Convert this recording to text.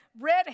red